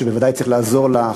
שבוודאי צריך לעזור לך,